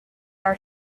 our